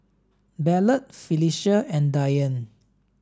Ballard Phylicia and Dyan